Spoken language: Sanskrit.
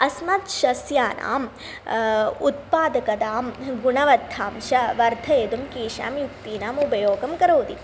अस्मत् सस्यानाम् उत्पादकतां गुणवत्तांशं वर्धयितुं केषां युक्तीनाम् उपयोगं करोति